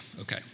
okay